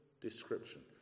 description